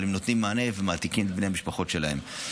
אבל הם נותנים מענה ומעתיקים את בני המשפחות שלהם.